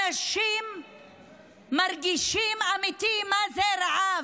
אנשים מרגישים, אמיתי, מה זה רעב,